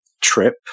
trip